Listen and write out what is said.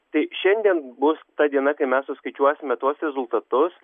tai šiandien bus ta diena kai mes suskaičiuosime tuos rezultatus